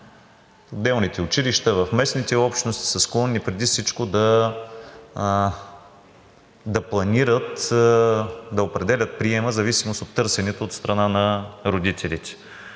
отделните училища в местните общности са склонни преди всичко да планират, да определят приема в зависимост от търсенето от страна на родителите.